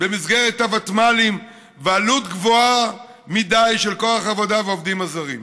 במסגרת הוותמ"לים ועלות גבוהה מדי של כוח עבודה והעובדים הזרים.